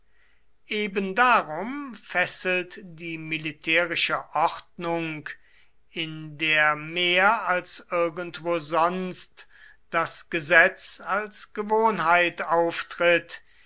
ebendarum fesselt die militärische ordnung in der mehr als irgendwo sonst das gesetz als gewohnheit auftritt